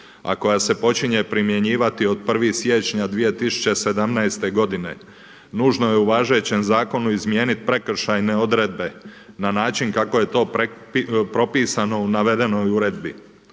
a koja se počinje primjenjivati od 1. siječnja 2017. godine. Nužno je u važećem zakonu izmijeniti prekršajne odredbe na način kako je to propisano u navedenoj uredbi.